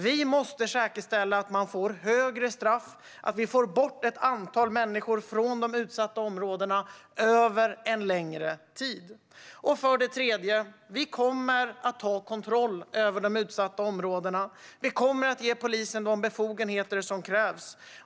Vi måste säkerställa att de får högre straff och att vi får bort ett antal människor från de utsatta områdena över en längre tid. Det tredje är att vi kommer att ta kontroll över de utsatta områdena. Vi kommer att ge polisen de befogenheter som krävs.